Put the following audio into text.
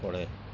ପଢ଼େ